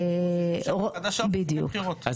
מקימים ממשלה חדשה, הולכים לבחירות.